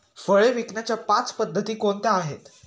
फळे विकण्याच्या पाच पद्धती कोणत्या आहेत?